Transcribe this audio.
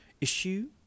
issue